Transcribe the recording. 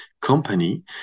company